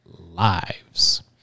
lives